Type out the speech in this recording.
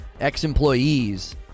ex-employees